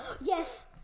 Yes